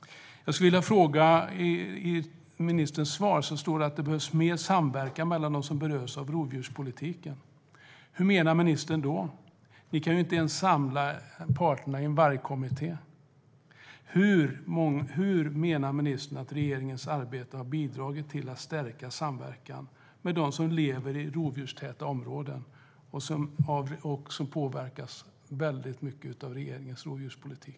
I ministerns skriftliga svar står att det behövs mer samverkan mellan dem som berörs av rovdjurspolitiken. Hur menar ministern? Vi kan ju inte ens samla parterna i en vargkommitté. Hur menar ministern att regeringens arbete har bidragit till att stärka samverkan med dem som lever i rovdjurstäta områden och som starkt påverkas av regeringens rovdjurspolitik?